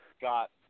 got